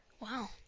Wow